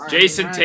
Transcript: Jason